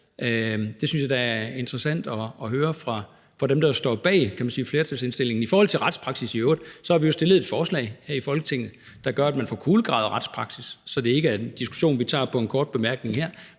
Det synes jeg da er interessant at høre fra dem, der står bag flertalsindstillingen. I forhold til retspraksis i øvrigt har vi jo stillet et forslag her i Folketinget, der gør, at man får kulegravet retspraksis, så det ikke er en diskussion, vi tager på en kort bemærkning her,